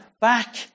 back